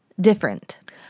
different